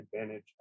advantage